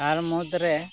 ᱛᱟᱨ ᱢᱩᱫ ᱨᱮ